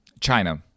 China